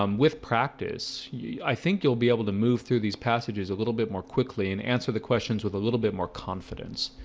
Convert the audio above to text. um with practice yeah i think you'll be able to move through these passages a little bit more quickly and answer the questions with a little bit more confidence.